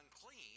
unclean